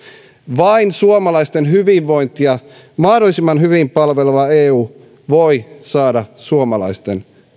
vain suomalaisten hyvinvointia mahdollisimman hyvin palveleva eu voi saada suomalaisten